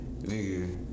nigga